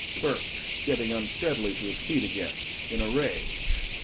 burke getting unsteadily to his feet again in a rage.